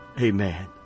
amen